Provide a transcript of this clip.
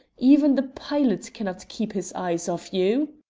even the pilot cannot keep his eyes off you.